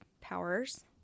powers